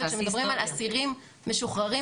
אבל כשמדברים על אסירים משוחררים,